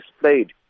played